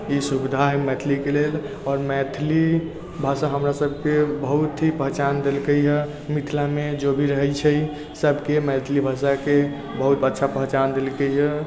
ई सुविधा हइ मैथिलीके लेल आओर मैथिली भाषा हमरा सबकेँ बहुत ही पहचान देलकैया मिथिलामे जो भी रहै छै सबकेँ मैथिली भाषाके बहुत अच्छा पहचान देलकै हऽ